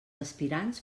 aspirants